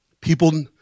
People